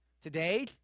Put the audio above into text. Today